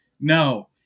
No